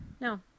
no